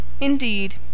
Indeed